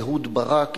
אהוד ברק,